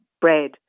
bread